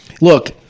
Look